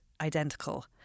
identical